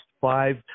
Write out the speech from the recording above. five